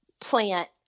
plant